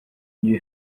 knew